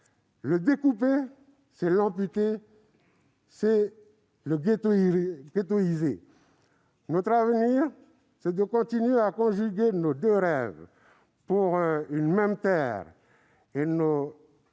Le découper, c'est l'amputer, c'est le ghettoïser. Notre avenir, c'est de continuer à conjuguer nos deux rêves pour une même terre, et non